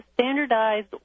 standardized